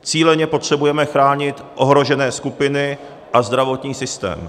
Cíleně potřebujeme chránit ohrožené skupiny a zdravotní systém.